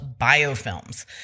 biofilms